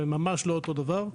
אבל הם ממש לא אותו דבר.